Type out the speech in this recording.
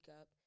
up